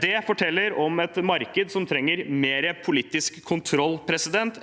Det forteller om et marked som trenger mer politisk kontroll